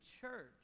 church